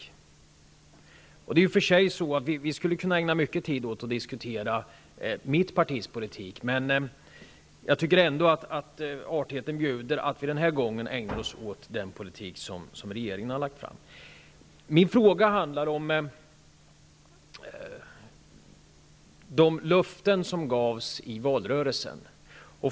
I och för sig skulle vi kunna ägna mycket tid åt att diskutera mitt partis politik, men jag tycker ändå att artigheten bjuder att vi den här gången ägnar oss åt den politik som regeringen har fört fram. Min fråga handlar om de löften som gavs i valrörelsen.